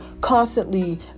constantly